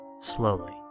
Slowly